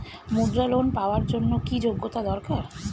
মুদ্রা লোন পাওয়ার জন্য কি যোগ্যতা দরকার?